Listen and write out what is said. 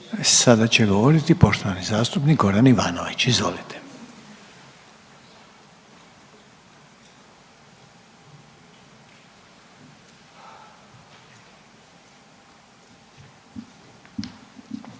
Sada će govoriti poštovani zastupnik Goran Ivanović, izvolite.